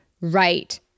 right